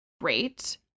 Great